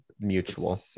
mutual